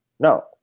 No